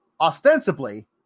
ostensibly